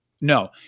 No